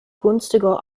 günstiger